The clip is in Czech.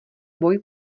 boj